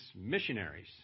missionaries